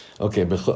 Okay